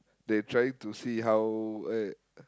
they are trying to see how eh